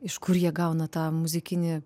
iš kur jie gauna tą muzikinį